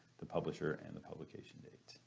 the publisher, and the publication date,